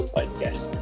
Podcast